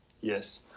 yes